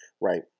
Right